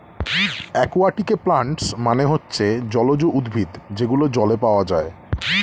একুয়াটিকে প্লান্টস মানে হচ্ছে জলজ উদ্ভিদ যেগুলো জলে পাওয়া যায়